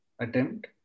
attempt